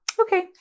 okay